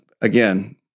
again